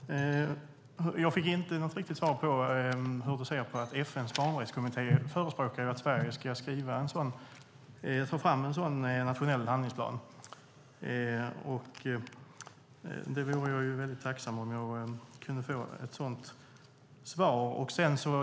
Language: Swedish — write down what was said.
Herr talman! Jag fick inte något riktigt svar på hur Roland Utbult ser på att FN:s barnrättskommitté förespråkar att Sverige ska ta fram en nationell handlingsplan. Jag vore tacksam om jag kunde få svar på det.